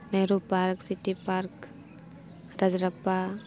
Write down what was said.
Nehru park city park Rajrappa